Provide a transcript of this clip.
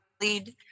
lead